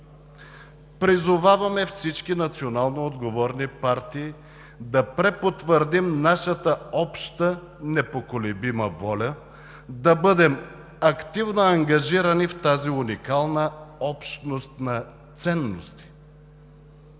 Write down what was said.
Призоваваме всички национално отговорни партии да препотвърдим нашата обща непоколебима воля да бъдем активно ангажирани в тази уникална общност на ценности,